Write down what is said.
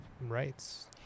rights